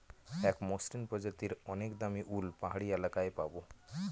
এক মসৃন প্রজাতির অনেক দামী উল পাহাড়ি এলাকায় পাবো